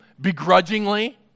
begrudgingly